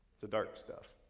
the dark stuff.